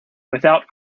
without